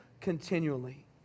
continually